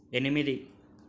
ఎనిమిది